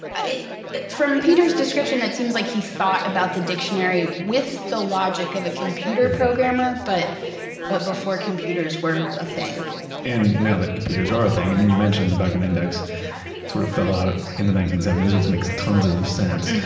from peter's description, it seems like he thought about the dictionary with the logic of a computer programmer, but but before computers were a thing and now that computers are a thing, i mean, you mentioned the backward index sort of fell out in the nineteen seventy s, which makes tons of sense.